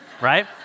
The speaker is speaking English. right